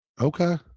Okay